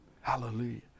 Hallelujah